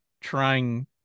trying